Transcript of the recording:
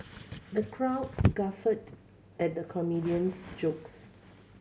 the crowd guffawed at the comedian's jokes